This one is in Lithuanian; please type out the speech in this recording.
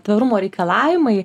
tvarumo reikalavimai